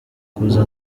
kuza